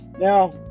Now